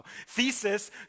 thesis